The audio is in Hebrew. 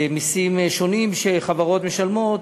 מסים שונים שחברות משלמות,